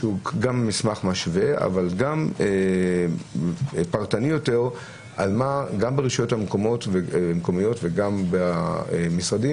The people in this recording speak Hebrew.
גם מסמך משווה אך גם פרטני יותר גם ברשויות המקומיות וגם במשרדים,